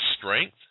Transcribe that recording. Strength